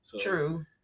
True